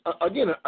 again